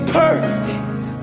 perfect